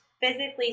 physically